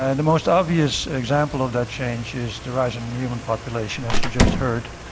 and the most obvious example of that change is the rise in the human population, as you just heard.